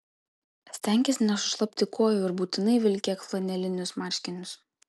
stenkis nesušlapti kojų ir būtinai vilkėk flanelinius marškinius